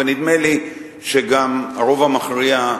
ונדמה לי שגם הרוב המכריע,